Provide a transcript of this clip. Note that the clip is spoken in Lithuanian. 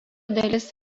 dalis